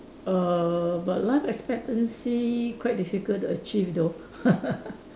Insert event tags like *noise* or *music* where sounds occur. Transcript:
err but life expectancy quite difficult to achieve though *laughs*